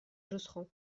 josserand